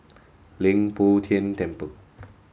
Leng Poh Tian Temple